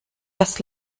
das